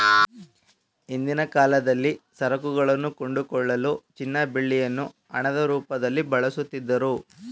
ಹಿಂದಿನ ಕಾಲದಲ್ಲಿ ಸರಕುಗಳನ್ನು ಕೊಂಡುಕೊಳ್ಳಲು ಚಿನ್ನ ಬೆಳ್ಳಿಯನ್ನು ಹಣದ ರೂಪದಲ್ಲಿ ಬಳಸುತ್ತಿದ್ದರು